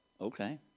okay